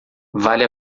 vale